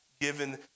given